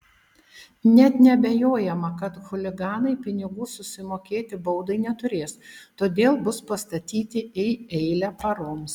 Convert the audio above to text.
net neabejojama kad chuliganai pinigų susimokėti baudai neturės todėl bus pastatyti į eilę paroms